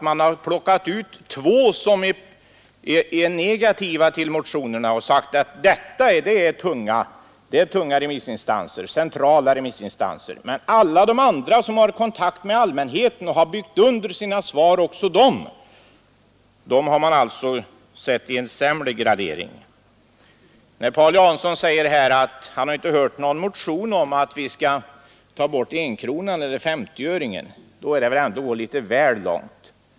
Man har plockat ut två remissinstanser som är negativa till motionerna och sagt att detta är tunga och centrala remissinstanser. Men alla de andra, som har kontakt med allmänheten och som också har byggt under sina svar med direkta uttalanden från medborgarna, har man givit en sämre gradering. När Paul Jansson säger att han inte sett någon motion om att vi skall ta bort enkronan eller femtioöringen, så är det väl ändå att gå litet väl långt.